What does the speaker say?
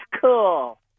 cool